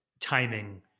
timing